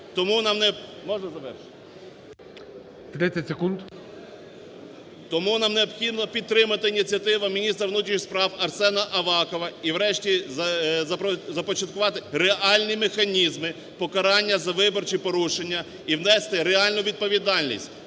Тому нам необхідно підтримати ініціативу міністра внутрішніх справ Арсена Авакова і врешті започаткувати реальні механізми покарання за виборчі порушення, і внести реальну відповідальність